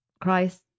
Christ